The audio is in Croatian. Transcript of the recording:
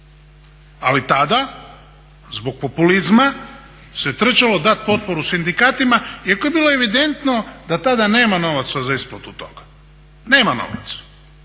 Ali tada, zbog populizma se trčalo dati potporu sindikatima iako je bilo evidentno da tada nema novaca za isplatu toga, nema novaca.